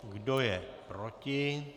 Kdo je proti?